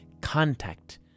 contact